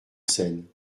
seine